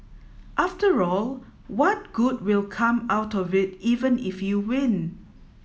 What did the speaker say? after all what good will come out of it even if you win